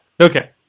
Okay